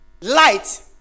Light